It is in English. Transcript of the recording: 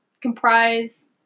comprise